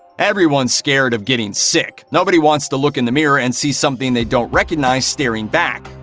everyone's scared of getting sick. nobody wants to look in the mirror and see something they don't recognize staring back.